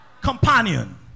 companion